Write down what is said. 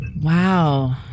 wow